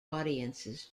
audiences